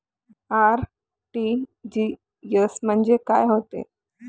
RTGS म्हंजे काय होते?